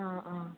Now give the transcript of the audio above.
ആ ആ